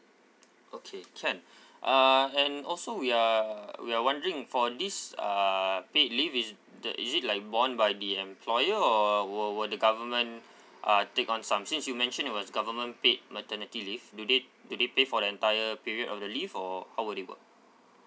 okay can uh and also we are we are wondering for this uh paid leave is the is it like borne by the employer or will will the government uh take on some since you mentioned it was government paid maternity leave do they do they pay for the entire period of the leave or how would they work